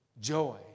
Joy